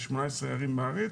בשמונה עשרה ערים בארץ,